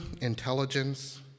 intelligence